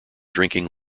drinking